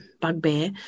bugbear